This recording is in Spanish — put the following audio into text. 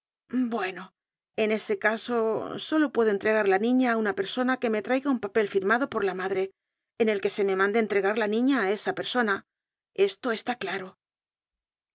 bueno en ese caso solo puedo entregar la niña á una persona qüe me traiga un papel firmado por la madre en el que se me mande entregar la niña á esa persona esto está claro